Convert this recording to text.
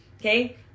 Okay